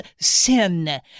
sin